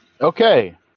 Okay